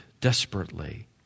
desperately